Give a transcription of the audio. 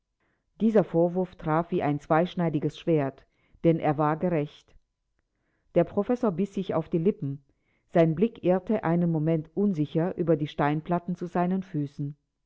dieser vorwurf traf wie ein zweischneidiges schwert denn er war gerecht der professor biß sich auf die lippen sein blick irrte einen moment unsicher über die steinplatten zu seinen füßen